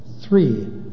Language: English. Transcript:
Three